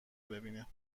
ببینه